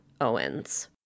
Owens